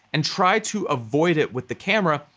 and try to avoid it with the camera,